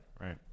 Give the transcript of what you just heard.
Right